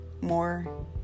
more